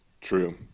True